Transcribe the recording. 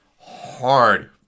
hard